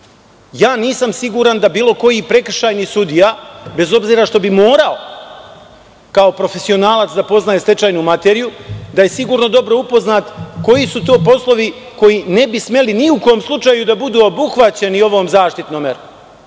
siguran da bilo koji prekršajni sudija, bez obzira što bi morao kao profesionalac da poznaje stečajnu materiju, da je sigurno dobro upoznat koji su to poslovi koji ne bi smeli ni u kom slučaju da budu obuhvaćeni ovom zaštitnom merom,